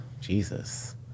Jesus